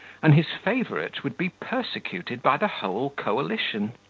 and his favourite would be persecuted by the whole coalition.